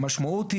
המשמעות,